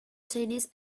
tennis